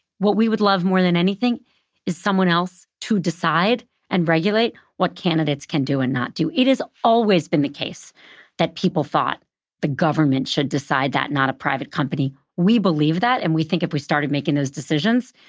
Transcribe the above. what we would love more than anything is someone else to decide and regulate what candidates can do and not do. it has always been the case that people thought the government should decide that, not a private company. we believe that, and we think if we started making those decisions,